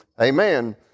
Amen